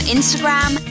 Instagram